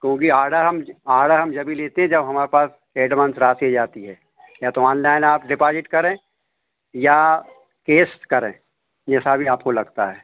क्योंकि आडर हम ज आडर हम जभी लेते हैं जब हमाए पास एडवांस राशि आ जाती है या तो ऑनलाइन आप डिपाजिट करें या केस करें जैसा भी आपको लगता है